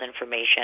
information